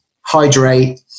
hydrate